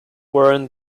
warned